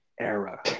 era